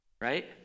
Right